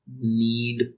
need